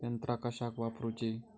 यंत्रा कशाक वापुरूची?